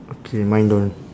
okay mine don't